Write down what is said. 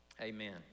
Amen